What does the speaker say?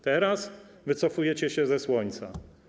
Teraz wycofujecie się ze słońca.